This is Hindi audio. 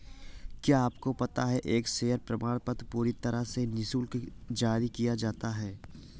क्या आपको पता है एक शेयर प्रमाणपत्र पूरी तरह से निशुल्क जारी किया जाता है?